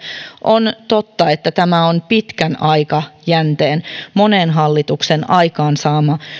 on totta että tämä on pitkän aikajänteen monen hallituksen aikaansaama